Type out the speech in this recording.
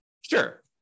Sure